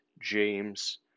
James